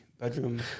bedroom